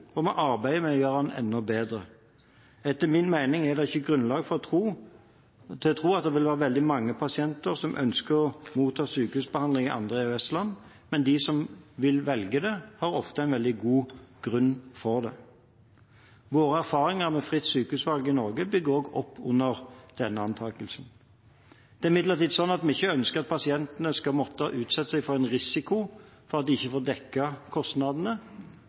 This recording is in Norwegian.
og vi arbeider med å gjøre den enda bedre. Etter min mening er det ikke grunnlag for å tro at det vil være veldig mange pasienter som ønsker å motta sykehusbehandling i andre EØS-land. Men de som vil velge det, har ofte en veldig god grunn for det. Våre erfaringer med fritt sykehusvalg i Norge bygger opp under denne antakelsen. Det er imidlertid slik at vi ikke ønsker at pasientene skal måtte utsette seg for en risiko for at de ikke får dekket kostnadene.